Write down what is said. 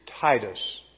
Titus